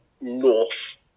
North